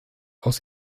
aus